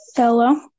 Hello